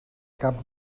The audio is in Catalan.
cap